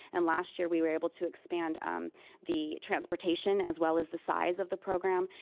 and last year, we were able to expand um the transportation, as well as the size of the program.